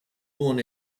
born